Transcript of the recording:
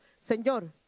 Señor